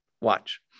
Watch